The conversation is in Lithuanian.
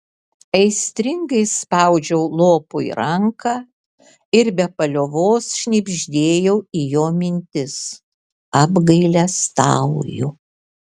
aistringai spaudžiau lopui ranką ir be paliovos šnibždėjau į jo mintis apgailestauju